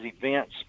events